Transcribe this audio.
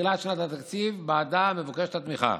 לתחילת שנת התקציב שבעדה מבוקשת התמיכה.